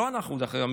דרך אגב,